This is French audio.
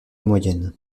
moyenne